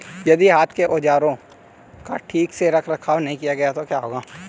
यदि हाथ के औजारों का ठीक से रखरखाव नहीं किया गया तो क्या होगा?